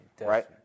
Right